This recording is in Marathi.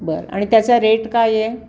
बरं आणि त्याचा रेट काय आहे